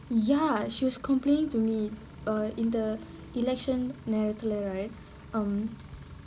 ya she was complaining to me err in the election நேரத்துல:nerathula right um